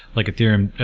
like ethereum,